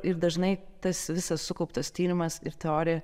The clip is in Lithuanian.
ir dažnai tas visas sukauptas tyrimas ir teorija